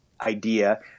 idea